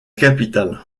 capitale